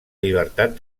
llibertat